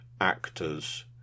actors